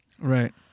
Right